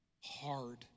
hard